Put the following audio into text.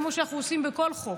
כמו שאנחנו עושים בכל חוק.